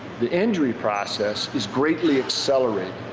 the injury process is greatly accelerated,